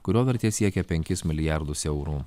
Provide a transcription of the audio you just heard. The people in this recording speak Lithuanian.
kurio vertė siekia penkis milijardus eurų